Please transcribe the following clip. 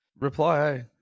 reply